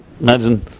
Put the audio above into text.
Imagine